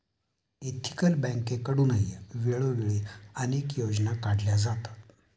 ethical बँकेकडूनही वेळोवेळी अनेक योजना काढल्या जातात